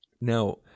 Now